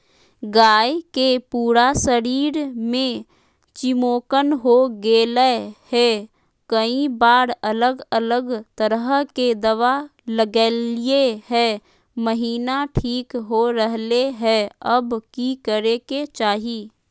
गाय के पूरा शरीर में चिमोकन हो गेलै है, कई बार अलग अलग तरह के दवा ल्गैलिए है महिना ठीक हो रहले है, अब की करे के चाही?